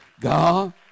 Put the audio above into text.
God